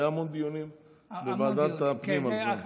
היו המון דיונים בוועדת הפנים על זה.